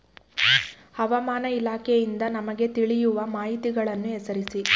ಹವಾಮಾನ ಇಲಾಖೆಯಿಂದ ನಮಗೆ ತಿಳಿಯುವ ಮಾಹಿತಿಗಳನ್ನು ಹೆಸರಿಸಿ?